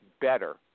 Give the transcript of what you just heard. better